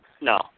No